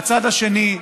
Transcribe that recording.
מהצד השני,